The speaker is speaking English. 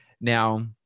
Now